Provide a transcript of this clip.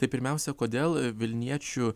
tai pirmiausia kodėl vilniečių